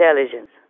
intelligence